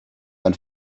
sein